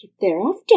thereafter